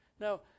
Now